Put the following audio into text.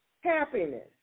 happiness